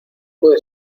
puede